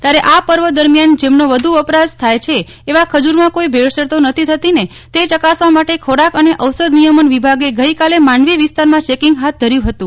ત્યારે આ પર્વ દરમિયાન જેમનો વધુે વપરાશ થાય છે એવા ખજુરમાં કોઇ ભેળસેળ તો નથી થતીને તે ચકાસવા માટે ખોરાક અને ઐાષધ નિયમન વિભાગે બુધવારે માંડવી વિસ્તારમાં ચેકીંગ ફાથ ધર્યું હતું